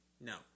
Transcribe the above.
no